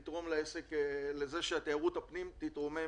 בהחלט לתרום לכך שתיירות הפנים תתרומם.